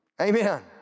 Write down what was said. Amen